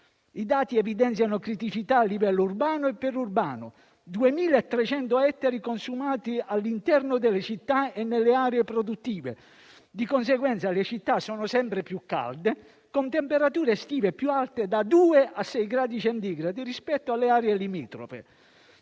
I dati evidenziano criticità a livello urbano e periurbano: 2.300 ettari consumati all'interno delle città e nelle aree produttive. Di conseguenza, le città sono sempre più calde e con temperature estive più alte da due a sei gradi centigradi rispetto alle aree limitrofe.